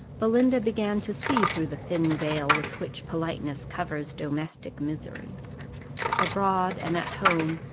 belinda began to see through the thin veil with which politeness covers domestic misery abroad, and at home,